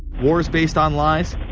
wars based on lies,